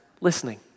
listening